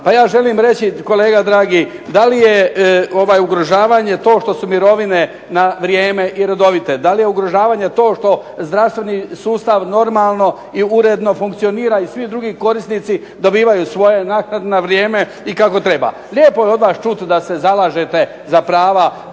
Pa ja želim reći, kolega dragi, da li je ovaj ugrožavanje to što su mirovine na vrijeme i redovite? Da li je ugrožavanje to što zdravstveni sustav normalno i uredno funkcionira i svi drugi korisnici dobivaju svoje naknade na vrijeme i kako treba? Lijepo je od vas čuti da se zalažete za prava